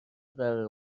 قرار